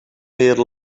made